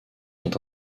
sont